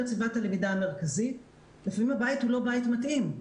סביבת הלמידה המרכזית לפעמים הוא לא מתאים.